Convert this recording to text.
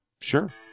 Sure